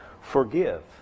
Forgive